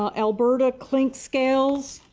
ah albertya clinkscales.